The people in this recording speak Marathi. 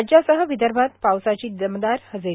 राज्यासह विदर्भात पावसाची दमदार हजेरी